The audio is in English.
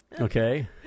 okay